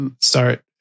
start